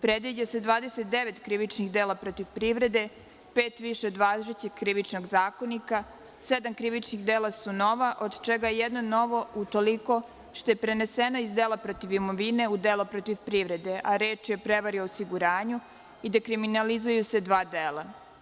Predviđa se 29 krivičnih dela protiv privrede, pet više od važećeg Krivičnog zakonika, sedam krivičnih dela su nova, od čega je jedno novo utoliko što je preneseno iz dela protiv imovine u delo protiv privrede, a reč je o prevari i osiguranjz i dekriminalizuju se dva dela.